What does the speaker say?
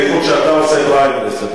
בייחוד שאתה עושה פריימריז,